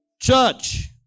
church